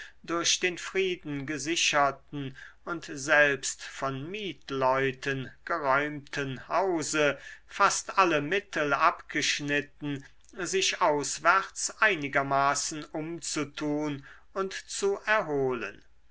durch den frieden gesicherten und selbst von mietleuten geräumten hause fast alle mittel abgeschnitten sich auswärts einigermaßen umzutun und zu erholen